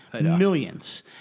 Millions